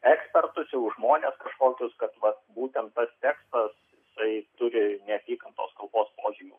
ekspertus jau žmones kažkokius kad vat būtent tas tekstas jisai turi neapykantos kalbos požymių